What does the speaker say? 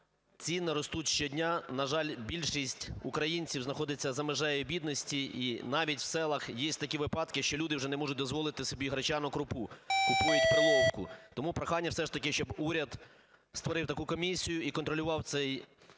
ціни ростуть щодня. На жаль, більшість українців знаходиться за межею бідності і навіть в селах є такі випадки, що люди вже не можуть дозволити собі гречану крупу, купують перловку. Тому прохання все ж таки, щоб уряд створив таку комісію і контролював